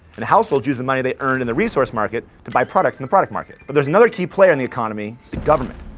and households use the money they earn in the resource market to buy products in the product market. but there's another key player in the economy the government.